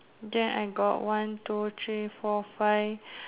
then I got one two three four five